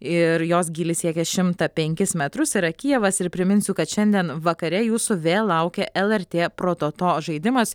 ir jos gylis siekia šimtą penkis metrus yra kijevas ir priminsiu kad šiandien vakare jūsų vėl laukia lrt prototo žaidimas